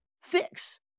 fix